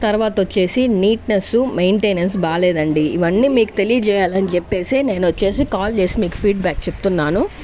తరవాత వచ్చేసి neatness maintenance బాగాలేదండి ఇవన్నీ మీకు తెలియజేయాలని చెప్పేసే నేను వచ్చేసి కాల్ చేసి మీకు ఫీడ్బ్యాక్ చెప్తున్నాను